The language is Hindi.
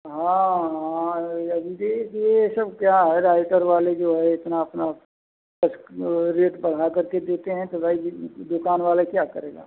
हाँ हाँ यानि कि ये सब क्या है राइटर वाले जो है इतना अपना रेट बढ़ाकर के देते हैं तो भाई जे दुकान वाले क्या करेगा